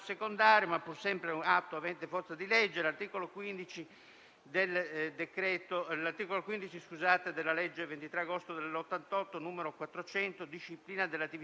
Grazie,